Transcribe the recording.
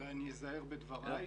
אולי אני אזהר בדבריי.